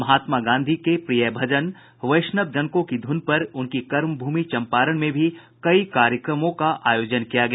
महात्मा गांधी के प्रिय भजन वैष्णव जन को की ध्रन पर उनकी कर्मभूमि चंपारण में भी कई कार्यक्रमों का आयोजन किया गया